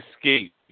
escape